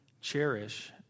cherish